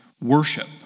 worship